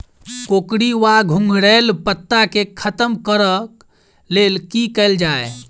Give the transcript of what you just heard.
कोकरी वा घुंघरैल पत्ता केँ खत्म कऽर लेल की कैल जाय?